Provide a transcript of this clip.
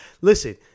Listen